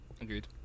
Agreed